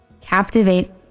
captivate